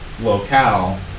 locale